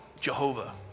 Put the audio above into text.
Jehovah